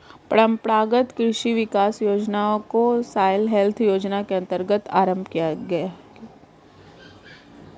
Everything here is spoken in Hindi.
परंपरागत कृषि विकास योजना को सॉइल हेल्थ योजना के अंतर्गत आरंभ किया गया है